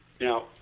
Now